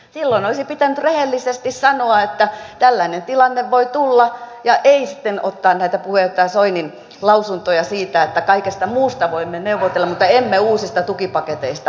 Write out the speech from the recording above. silloin olisi pitänyt rehellisesti sanoa että tällainen tilanne voi tulla eikä sitten antaa näitä puheenjohtaja soinin lausuntoja siitä että kaikesta muusta voimme neuvotella mutta emme uusista tukipaketeista